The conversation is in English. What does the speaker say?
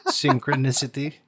synchronicity